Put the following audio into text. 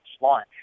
launch